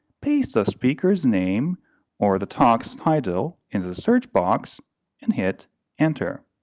paste the speaker's name or the talk's title into the search box and hit enter.